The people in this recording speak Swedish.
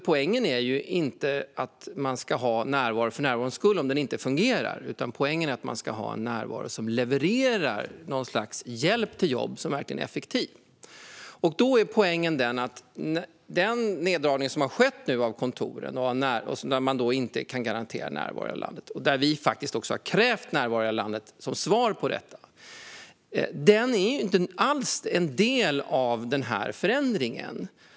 Poängen är ju inte att ha närvaro för närvarons skull om den inte fungerar, utan poängen är att man ska ha närvaro som levererar någon sorts hjälp till jobb som verkligen är effektiv. Den neddragning av kontor som nu har skett och att man inte kan garantera närvaro i hela landet - vi har faktiskt krävt närvaro i hela landet som svar på detta - är inte alls en del av denna förändring.